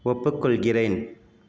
ஒப்புக்கொள்கிறேன்